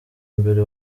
mbere